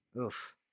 Oof